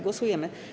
Głosujemy.